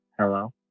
Hello